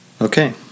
Okay